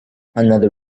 another